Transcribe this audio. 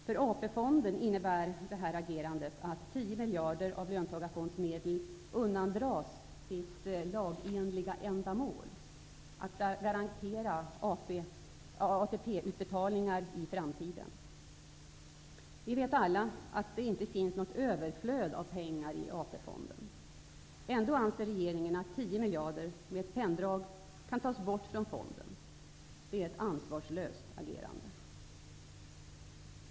För AP-fonden innebär detta agerande att 10 miljarder av löntagarfondsmedel undandras sitt lagenliga ändamål; att garantera ATP utbetalningar i framtiden. Vi vet alla att det inte finns ett överflöd av pengar i AP-fonden. Ändå anser regeringen att 10 miljarder med ett penndrag kan tas bort från fonden. Detta är ett ansvarslöst agerande.